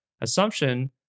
assumption